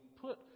put